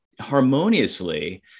harmoniously